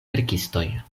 verkistoj